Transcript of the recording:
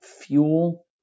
fuel